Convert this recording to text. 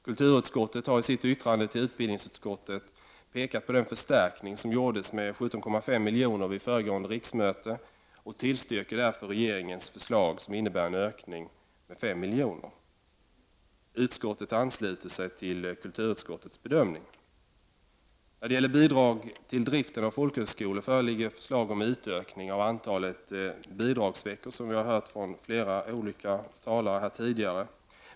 Kulturutskottet har i sitt yttrande till utbildningsutskottet pekat på den förstärkning som gjordes med 17,5 miljoner vid föregående riksmöte och tillstyrker därför regeringens förslag som innebär en ökning med 5 miljoner. Utskottet ansluter sig till kulturutskottets bedömning. När det gäller bidrag till driften av folkhögskolor föreligger förslag om utökning av antalet bidragsveckor, som vi har hört av flera olika talare tidigare.